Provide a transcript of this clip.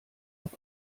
auf